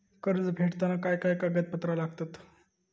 कर्ज फेडताना काय काय कागदपत्रा लागतात?